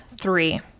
three